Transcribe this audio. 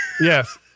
Yes